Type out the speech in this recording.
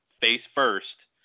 face-first